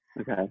Okay